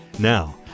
Now